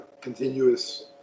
continuous